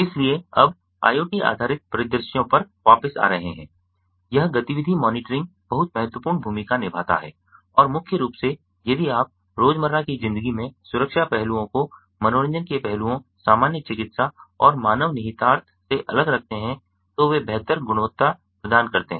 इसलिए अब IoT आधारित परिदृश्यों पर वापस आ रहे है यह गतिविधि मॉनिटरिंग बहुत महत्वपूर्ण भूमिका निभाता है और मुख्य रूप से यदि आप रोजमर्रा की जिंदगी में सुरक्षा पहलुओं को मनोरंजन के पहलुओं सामान्य चिकित्सा और मानव निहितार्थ से अलग रखते हैं तो वे बेहतर गुणवत्ता प्रदान करते हैं